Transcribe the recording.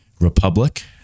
republic